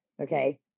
Okay